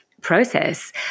process